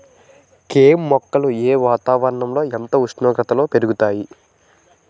కెమ్ మొక్కలు ఏ వాతావరణం ఎంత ఉష్ణోగ్రతలో పెరుగుతాయి?